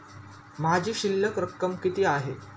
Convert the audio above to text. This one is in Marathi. माझी शिल्लक रक्कम किती आहे?